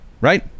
right